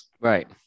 Right